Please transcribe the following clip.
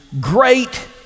great